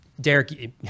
Derek